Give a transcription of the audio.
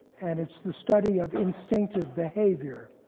and it's the study of instinctive behavior.